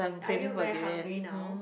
are you very hungry now